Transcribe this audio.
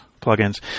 plugins